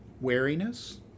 wariness